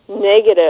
negative